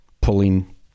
pulling